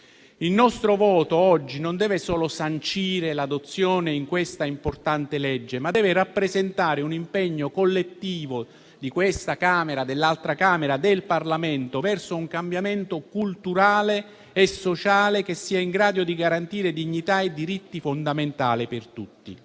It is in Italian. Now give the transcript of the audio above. Il nostro voto oggi non deve solo sancire l'adozione di questa importante legge, ma deve rappresentare un impegno collettivo di questo e dell'altro ramo del Parlamento verso un cambiamento culturale e sociale che sia in grado di garantire dignità e diritti fondamentali per tutti.